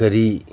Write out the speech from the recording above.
ꯀꯔꯤ